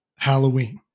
Halloween